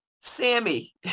Sammy